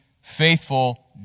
faithful